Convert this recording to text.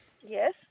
Yes